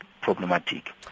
problematic